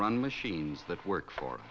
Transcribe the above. run machines that work for